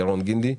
ירון גנדי,